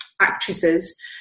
actresses